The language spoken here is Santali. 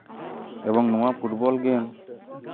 ᱮᱵᱚᱝ ᱱᱚᱣᱟ ᱯᱷᱩᱴᱵᱚᱞ ᱜᱮᱢ